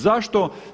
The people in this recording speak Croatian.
Zašto?